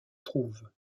trouve